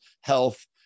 health